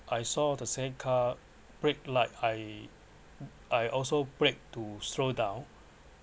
I saw the same car brake light I I also brake to slow down